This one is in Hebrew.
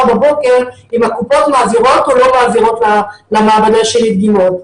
בבוקר אם הקופות מעבירות או לא מעבירות למעבדה שלי דגימות.